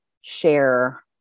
share